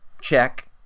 check